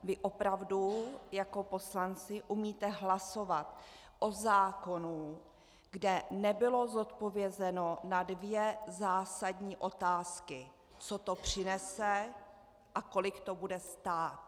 Vy opravdu jako poslanci umíte hlasovat o zákonu, kde nebylo zodpovězeno na dvě zásadní otázky co to přinese a kolik to bude stát?